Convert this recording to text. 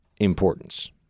importance